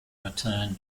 return